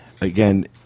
again